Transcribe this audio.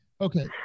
okay